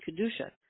Kedusha